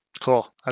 Cool